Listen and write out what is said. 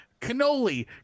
cannoli